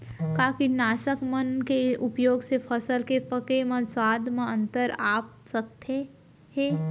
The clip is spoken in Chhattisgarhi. का कीटनाशक मन के उपयोग से फसल के पके म स्वाद म अंतर आप सकत हे?